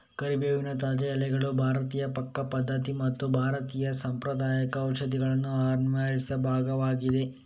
ಕರಿಬೇವಿನ ತಾಜಾ ಎಲೆಗಳು ಭಾರತೀಯ ಪಾಕ ಪದ್ಧತಿ ಮತ್ತು ಭಾರತೀಯ ಸಾಂಪ್ರದಾಯಿಕ ಔಷಧಿಗಳ ಅನಿವಾರ್ಯ ಭಾಗವಾಗಿದೆ